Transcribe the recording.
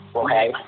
okay